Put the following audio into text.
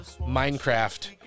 Minecraft